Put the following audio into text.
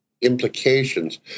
implications